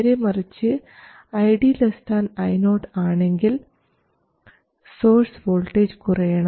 നേരെമറിച്ച് ID Io ആണെങ്കിൽ source voltage കുറയണം